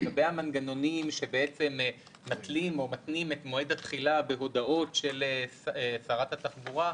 לגבי המנגנונים שמתנים את מועד התחילה בהודעות של שר התחבורה,